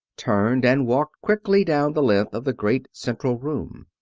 turned, and walked quickly down the length of the great central room.